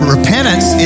Repentance